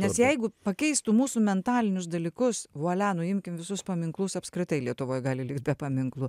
nes jeigu pakeistų mūsų mentalinius dalykus vuolia nuimkim visus paminklus apskritai lietuvoj gali likt be paminklų